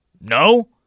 No